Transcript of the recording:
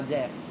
Jeff